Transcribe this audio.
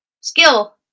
skill